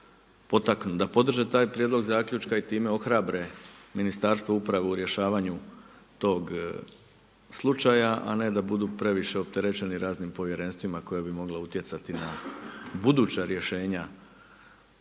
da podrže taj prijedlog zaključka i time ohrabre Ministarstvo uprave u rješavanju tog slučaja, a ne da budu previše opterećeni raznim povjerenstvima koja bi mogla utjecati na buduća rješenja